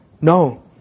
No